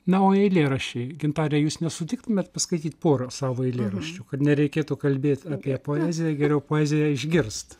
na o eilėraščiai gintare jūs nesutiktumėt paskaityt porą savo eilėraščių kad nereikėtų kalbėt apie poeziją geriau poeziją išgirst